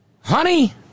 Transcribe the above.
Honey